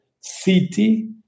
city